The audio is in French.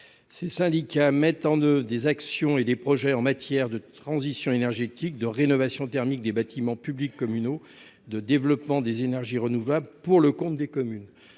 Ces syndicats mettent en 2 des actions et des projets en matière de transition énergétique de rénovation thermique des bâtiments publics communaux de développement des énergies renouvelables pour le compte des communes